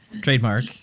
trademark